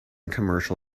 commercial